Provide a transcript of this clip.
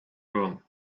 room